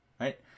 right